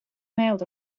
mailed